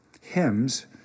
Hymns